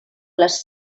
les